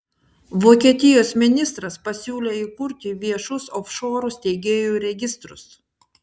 vokietijos ministras pasiūlė įkurti viešus ofšorų steigėjų registrus